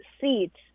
seats